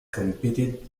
competed